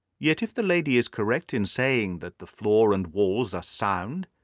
yet if the lady is correct in saying that the flooring and walls are sound,